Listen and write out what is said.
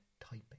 typing